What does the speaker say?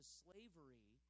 slavery